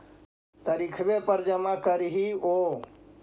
तरिखवे पर जमा करहिओ?